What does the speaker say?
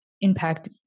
impact